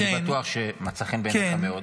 אני בטוח שהיא מצאה חן בעיניך מאוד,